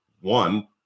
one